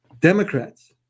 Democrats